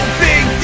big